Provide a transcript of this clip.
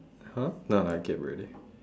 !huh! no lah I keep already